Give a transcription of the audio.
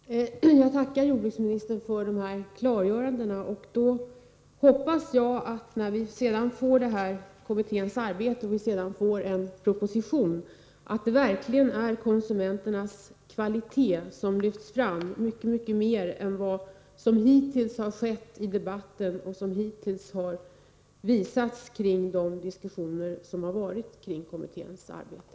Herr talman! Jag tackar jordbruksministern för dessa klargöranden. När kommitténs arbete är klart och vi får en proposition, hoppas jag verkligen att det i konsumenternas intresse är livsmedlens kvalitet som lyfts fram mycket mer än som hittills har skett i debatten och som visats i diskussionerna kring kommitténs arbete.